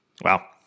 Wow